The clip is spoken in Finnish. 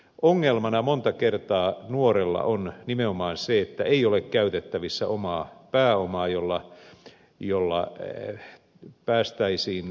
ongelmana monta kertaa nuorella on nimenomaan se että ei ole käytettävissä omaa pääomaa jolla päästäisiin liikkeelle